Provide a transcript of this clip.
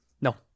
No